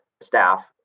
staff